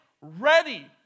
ready